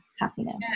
happiness